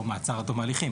או מעצר עד תום ההליכים.